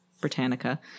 Britannica